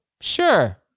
sure